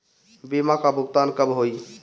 बीमा का भुगतान कब होइ?